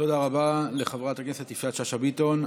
תודה רבה לחברת הכנסת יפעת שאשא ביטון.